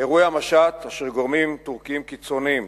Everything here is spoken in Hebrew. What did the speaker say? אירועי המשט, אשר גורמים טורקיים קיצוניים